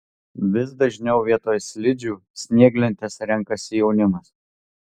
vis dažniau vietoj slidžių snieglentes renkasi jaunimas